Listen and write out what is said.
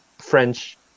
French